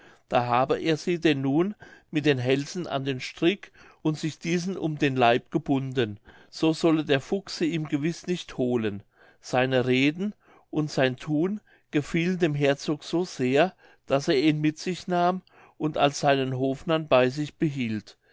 da habe er sie denn nun mit den hälsen an den strick und sich diesen um den leib gebunden so solle der fuchs sie ihm gewiß nicht holen seine reden und sein thun gefielen dem herzog so sehr daß er ihn mit sich nahm und als seinen hofnarren bei sich behielt